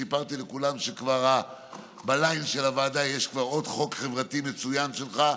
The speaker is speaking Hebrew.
סיפרתי לכולם שבליין של הוועדה יש כבר עוד חוק חברתי מצוין שלך.